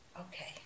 Okay